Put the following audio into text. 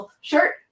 shirt